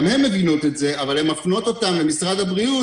גם הן מבינות את זה אבל הן מפנות את האנשים למשרד הבריאות.